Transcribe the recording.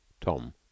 Tom